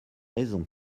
raison